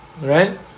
Right